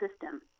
system